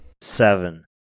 seven